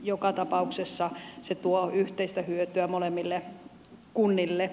joka tapauksessa se tuo yhteistä hyötyä molemmille kunnille